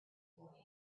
boy